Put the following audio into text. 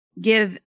give